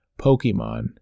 Pokemon